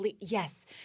yes